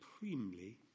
supremely